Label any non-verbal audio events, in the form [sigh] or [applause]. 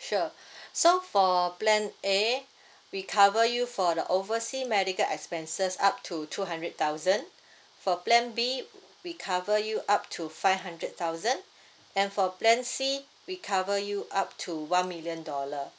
sure [breath] so for plan A we cover you for the oversea medical expenses up to two hundred thousand for plan B we cover you up to five hundred thousand and for plan C we cover you up to one million dollar